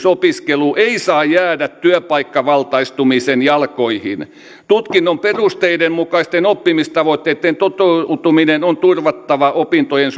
opiskelu ei saa jäädä työpaikkavaltaistumisen jalkoihin tutkinnon perusteiden mukaisten oppimistavoitteiden toteutuminen on turvattava opintojen